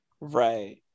right